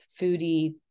foodie